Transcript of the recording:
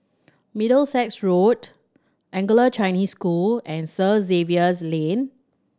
Middlesex Road Anglo Chinese School and Third Xavier's Lane